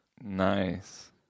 Nice